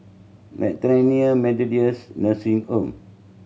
Bethany Methodist Nursing Home